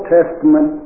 Testament